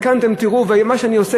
וכאן תראו ומה שאני עושה,